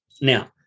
Now